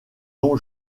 dont